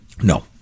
No